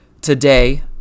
today